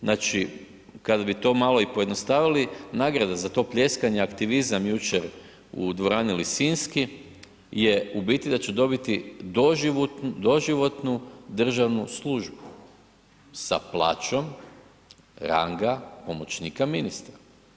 Znači kad bi to malo i pojednostavili, nagrada za to pljeskanje, aktivizam jučer u dvorani Lisinski je u biti da će dobiti doživotnu državnu službu, sa plaćom ranga pomoćnika ministra.